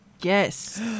Yes